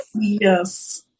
Yes